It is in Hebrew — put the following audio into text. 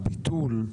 הגדלה וביטול,